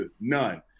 None